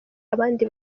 abandi